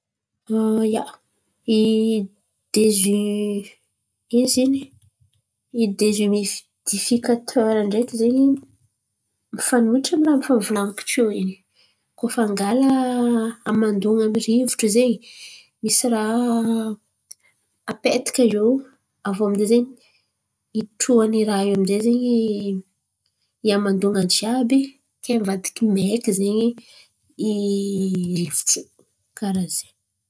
An, ia, ino desihimififikatera ndaraiky zen̈y mifanohitry amin’ny raha fa nivolanko tio in̈y koa fa angala hamandoan̈a amin’ny rivotro zen̈y. Misy raha apetaka io aviô aminjay zen̈y hitroan’ny raha io aminjay zen̈y ihamandoan̈a jiàby ke mivadiky maiky zen̈y rivotro karà zen̈y.